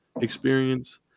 experience